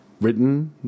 written